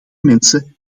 mensen